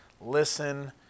listen